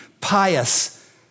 pious